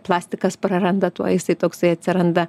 plastikas praranda tuo jisai toksai atsiranda